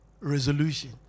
resolution